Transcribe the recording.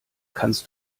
kannst